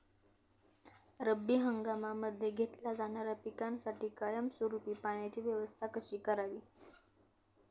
रब्बी हंगामामध्ये घेतल्या जाणाऱ्या पिकांसाठी कायमस्वरूपी पाण्याची व्यवस्था कशी करावी?